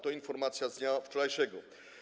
To informacja z dnia wczorajszego.